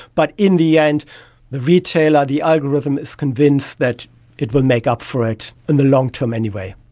but in the end the retailer, the algorithm is convinced that it will make up for it in the long term anyway.